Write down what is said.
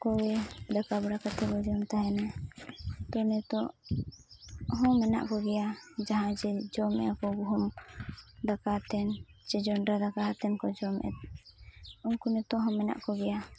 ᱠᱚᱜᱮ ᱫᱟᱠᱟ ᱵᱟᱲᱟ ᱠᱟᱛᱮᱫ ᱵᱚ ᱡᱚᱢ ᱛᱟᱦᱮᱱᱟ ᱛᱚ ᱱᱤᱛᱳᱜ ᱦᱚᱸ ᱢᱮᱱᱟᱜ ᱠᱚᱜᱮᱭᱟ ᱡᱟᱦᱟᱸ ᱡᱮ ᱡᱚᱢᱮᱜᱼᱟ ᱠᱚ ᱜᱩᱦᱩᱢ ᱫᱟᱠᱟ ᱠᱟᱛᱮᱫ ᱥᱮ ᱡᱚᱸᱰᱨᱟ ᱫᱟᱠᱟ ᱠᱟᱛᱮᱫ ᱠᱚ ᱡᱚᱢᱮᱫ ᱩᱱᱠᱩ ᱱᱤᱛᱳᱜ ᱦᱚᱸ ᱢᱮᱱᱟᱜ ᱠᱚᱜᱮᱭᱟ